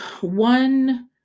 one